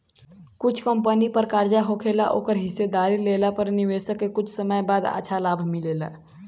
कुछ कंपनी पर कर्जा होखेला ओकर हिस्सेदारी लेला पर निवेशक के कुछ समय बाद अच्छा लाभ मिलेला